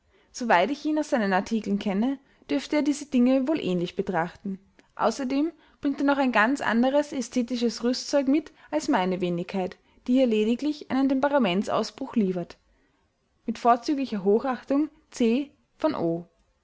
soweit ich ihn aus seinen artikeln kenne dürfte er diese dinge wohl ähnlich betrachten außerdem bringt er noch ein ganz anderes ästhetisches rüstzeug mit als meine wenigkeit die hier lediglich einen temperamentsausbruch liefert mit vorzüglicher hochachtung c von o